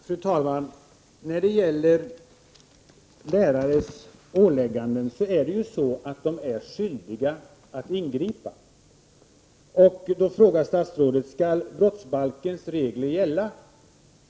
Fru talman! Lärares åtaganden innebär att de är skyldiga att ingripa, och då frågar statsrådet om brottsbalkens regler skall gälla.